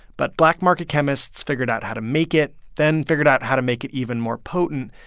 but black-market chemists figured out how to make it, then figured out how to make it even more potent.